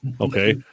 Okay